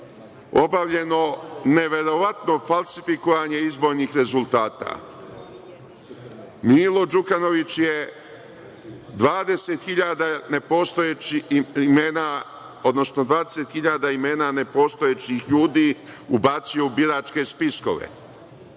obavljeno neverovatno falsifikovanje izbornih rezultata. Milo Đukanović je 20.000 imena nepostojećih ljudi ubacio u biračke spiskove.